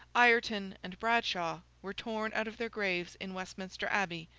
ireton, and bradshaw, were torn out of their graves in westminster abbey,